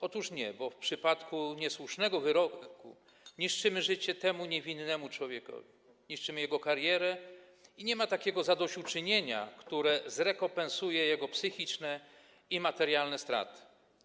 Otóż nie, bo w wypadku niesłusznego wyroku niszczymy życie temu niewinnemu człowiekowi, niszczymy jego karierę i nie ma takiego zadośćuczynienia, które zrekompensuje mu jego psychiczne i materialne straty.